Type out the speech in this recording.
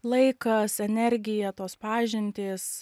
laikas energija tos pažintys